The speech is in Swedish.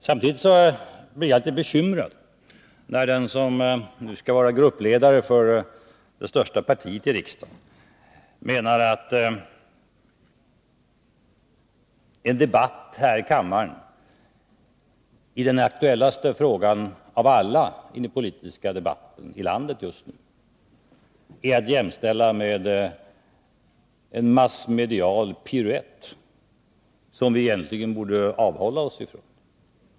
Samtidigt blir jag litet bekymrad när den som skall vara gruppledare för det största partiet i riksdagen jämställer riksdagsdebatten med en massmedial piruett som vi egentligen borde avhålla oss ifrån.